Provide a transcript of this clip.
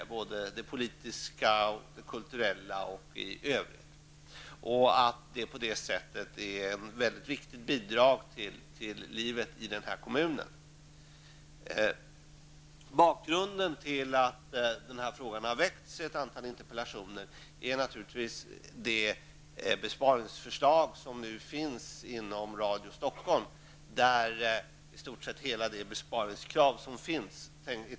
Det gäller då såväl det politiska och kulturella livet som livet i övrigt. På det sättet utgör Radio Södertälje ett mycket viktigt bidrag när det gäller livet i Södertälje kommun. Bakgrunden till att den här saken har tagits upp i ett antal interpellationer är naturligtvis Radio Stockholms besparingsförslag. I stort sett handlar det om att man tänker sig en nedläggning av Radio Södertälje för att på det sättet klara det besparingskrav som ställs.